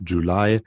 July